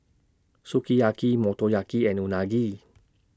Sukiyaki Motoyaki and Unagi